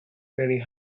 very